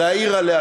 להעיר עליה.